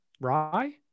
Rye